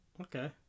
Okay